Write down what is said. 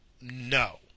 No